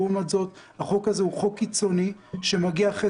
לעומת זאת החוק הזה הוא חוק קיצוני שמגיע אחרי